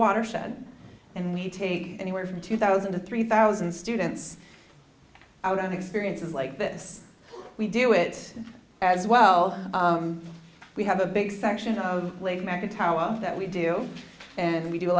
watershed and we take anywhere from two thousand to three thousand students out of experiences like this we do it as well we have a big section of lake mack a towel that we do and we do a